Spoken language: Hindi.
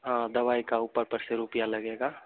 हाँ दवाई का ऊपर प अस्सी रुपया लगेगा